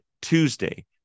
Tuesday